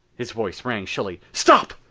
his voice rang shrilly stop!